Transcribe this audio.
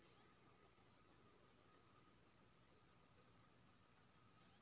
खाता खोले लेल आधिकारिक रूप स मान्य दस्तावेज कोन सब छिए?